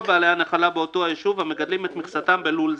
בעלי הנחלות באותו היישוב המגדלים את מכסתם בלול זה,